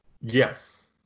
yes